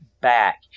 back